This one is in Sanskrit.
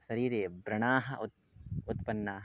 शरीरे व्रणाः उत् उत्पन्नाः